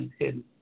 hidden